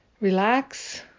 relax